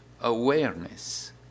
awareness